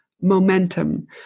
momentum